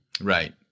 Right